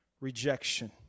rejection